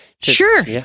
Sure